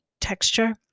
texture